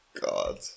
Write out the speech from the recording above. God